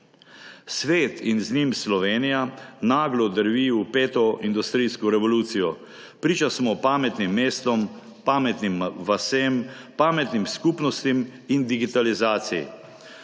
Svet in z njim Slovenija naglo drvita v peto industrijsko revolucijo. Priča smo pametnim mestom, pametnim vasem, pametnim skupnostim in digitalizaciji.